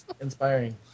inspiring